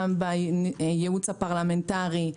בייעוץ הפרלמנטרי,